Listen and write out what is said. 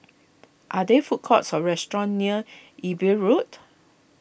are there food courts or restaurants near Imbiah Road